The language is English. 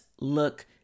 look